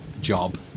job